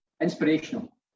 inspirational